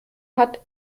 hat